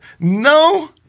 No